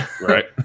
Right